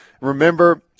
Remember